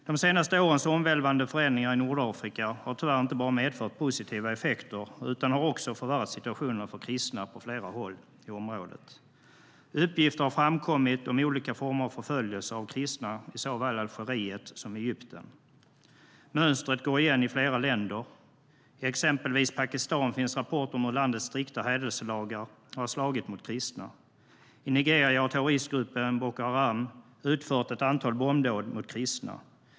De senaste årens omvälvande förändringar i Nordafrika har tyvärr inte bara medfört positiva effekter, utan har också förvärrat situationen för kristna på flera håll i området. Uppgifter har framkommit om olika former av förföljelser av kristna i såväl Algeriet som Egypten. Mönstret går igen i flera länder. I exempelvis Pakistan finns rapporter om hur landets strikta hädelselagar har slagit mot kristna. I Nigeria har terroristgruppen Boko Haram utfört ett antal bombdåd mot kristna.